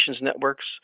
networks